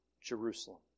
Jerusalem